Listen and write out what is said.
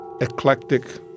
eclectic